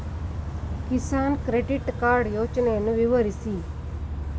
Kisan credit card ಯೋಜನೆಯನ್ನು ವಿವರಿಸಿ?